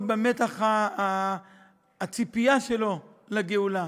במתח הציפייה שלו לגאולה,